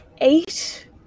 eight